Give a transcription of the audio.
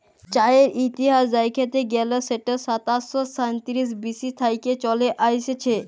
চাঁয়ের ইতিহাস দ্যাইখতে গ্যালে সেট সাতাশ শ সাঁইতিরিশ বি.সি থ্যাইকে চলে আইসছে